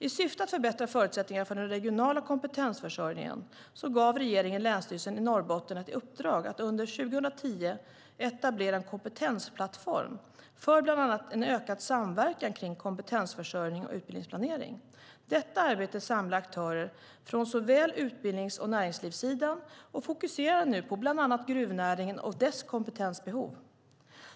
I syfte att förbättra förutsättningarna för den regionala kompetensförsörjningen gav regeringen Länsstyrelsen i Norrbotten i uppdrag att under 2010 etablera en kompetensplattform för bland annat en ökad samverkan kring kompetensförsörjning och utbildningsplanering. Detta arbete samlar aktörer från såväl utbildnings som näringslivssidan och fokuserar nu på bland annat gruvnäringen och dess kompetensbehov.